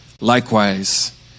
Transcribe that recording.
Likewise